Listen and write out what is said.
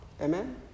Amen